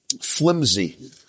Flimsy